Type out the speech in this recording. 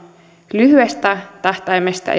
lyhyestä tähtäimestä